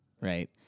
right